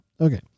okay